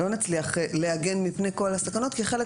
לא נצליח להגן מפני כל הסכנות כי חלק